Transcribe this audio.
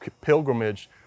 pilgrimage